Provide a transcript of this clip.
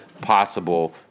possible